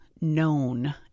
known